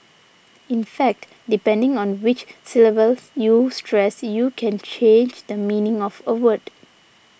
in fact depending on which syllable you stress you can change the meaning of a word